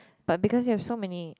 but because there were so many